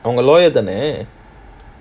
அந்த:andha lawyer தானே:thaanae